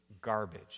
garbage